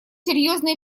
серьезный